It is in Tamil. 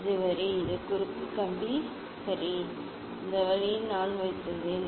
இது வரி இது குறுக்கு கம்பி சரி இந்த வழியில் நான் வைத்துள்ளேன்